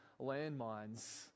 landmines